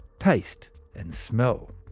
taste and smell.